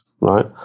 right